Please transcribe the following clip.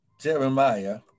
Jeremiah